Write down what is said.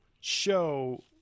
show